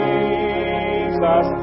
Jesus